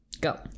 Go